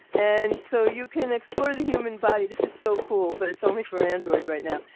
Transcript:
and so you can explore the human body. this is so cool. but it's only for android right now,